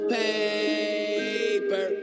paper